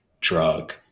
drug